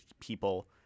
people